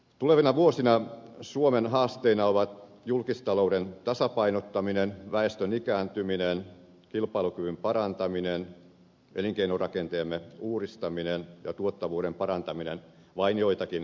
tulevina vuosina suomen haasteina ovat julkistalouden tasapainottaminen väestön ikääntyminen kilpailukyvyn parantaminen elinkeinorakenteemme uudistaminen ja tuottavuuden parantaminen vain joitakin mainitakseni